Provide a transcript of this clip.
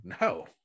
no